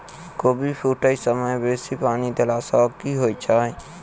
कोबी फूटै समय मे बेसी पानि देला सऽ की होइ छै?